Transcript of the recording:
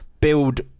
build